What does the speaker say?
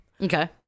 okay